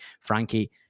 Frankie